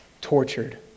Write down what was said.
tortured